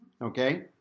Okay